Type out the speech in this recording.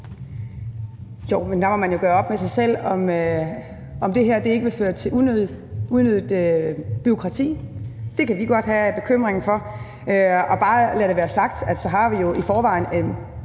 Jo, men der må man jo gøre op med sig selv, om det her ikke vil føre til mere bureaukrati. Det kunne vi godt have en bekymring for. Og lad det være sagt helt klart: Vi har jo i forvejen